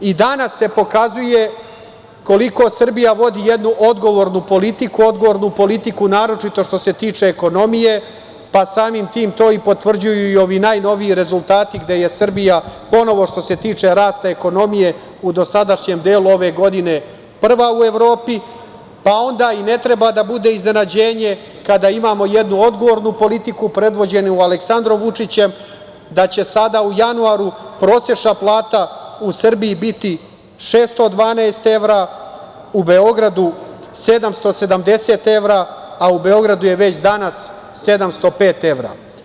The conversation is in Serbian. I danas se pokazuje koliko Srbija vodi jednu odgovornu politiku, odgovornu politiku, naročito što se tiče ekonomije, pa samim tim to potvrđuju i ovi najnoviji rezultati gde je Srbija ponovo što se tiče rasta ekonomije, u dosadašnjem delu ove godine prva u Evropi, pa onda i ne treba da bude iznenađenje kada imamo jednu odgovornu politiku predvođenu Aleksandrom Vučićem da će sada u januaru prosečna plata u Srbiji biti 612 evra, u Beogradu 770 evra, a u Beogradu je već danas 705 evra.